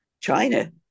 China